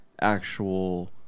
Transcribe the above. actual